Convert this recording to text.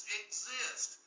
exist